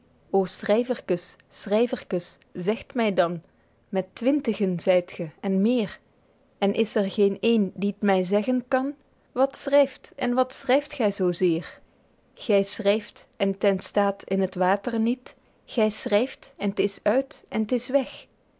schryverkes zegt my dan met twintigen zyt ge ende meer en is er geen een die t my zeggen kan wat schryft en wat schryft gy zoo zeer guido gezelle vlaemsche dichtoefeningen gy schryft en t en staet in het water niet gy schryft en t is uit en t is weg